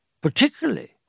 particularly